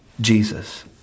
Jesus